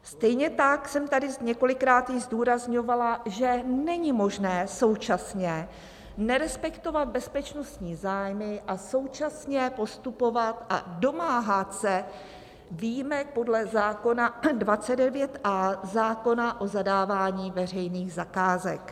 Stejně tak jsem tady několikrát již zdůrazňovala, že není možné současně nerespektovat bezpečnostní zájmy a současně postupovat a domáhat se výjimek podle zákona 29a, zákona o zadávání veřejných zakázek.